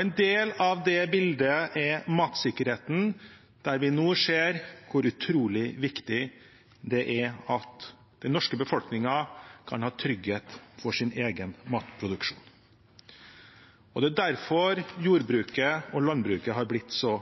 En del av det bildet er matsikkerheten, der vi nå ser hvor utrolig viktig det er at den norske befolkningen kan ha trygghet for sin egen matproduksjon. Det er derfor jordbruket og landbruket har blitt så